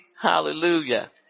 Hallelujah